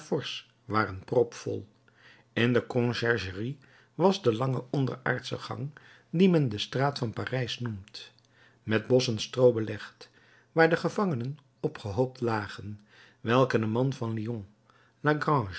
waren propvol in de conciergerie was de lange onderaardsche gang die men de straat van parijs noemt met bossen stroo belegd waar de gevangenen opgehoopt lagen welke de man van lyon